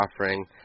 offering